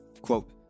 Quote